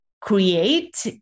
create